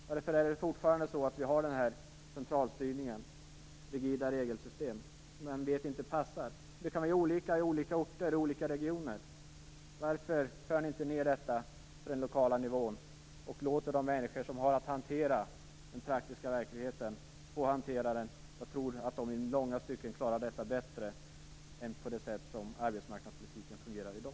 Varför har vi fortfarande denna centralstyrning och detta rigida regelsystem, som vi vet inte passar? Det kan vara olika på olika orter och i olika regioner. Varför för ni inte ned arbetsmarknadspolitiken på den lokala nivån och låter de människor som har att hantera den praktiska verkligheten göra det? Jag tror att de i långa stycken klarar detta bättre än andra, med tanke på det sätt som arbetsmarknadspolitiken fungerar i dag.